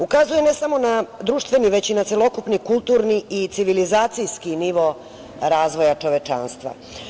Ukazuje ne samo na društveni već i na celokupni kulturni i civilizacijski nivo razvoja čovečanstva.